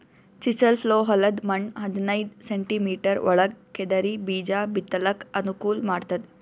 chisel plough ಹೊಲದ್ದ್ ಮಣ್ಣ್ ಹದನೈದ್ ಸೆಂಟಿಮೀಟರ್ ಒಳಗ್ ಕೆದರಿ ಬೀಜಾ ಬಿತ್ತಲಕ್ ಅನುಕೂಲ್ ಮಾಡ್ತದ್